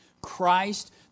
Christ